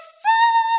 see